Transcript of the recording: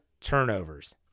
turnovers